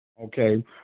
Okay